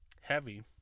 Heavy